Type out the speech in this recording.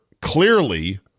clearly